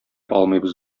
алмыйбыз